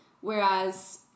whereas